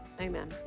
amen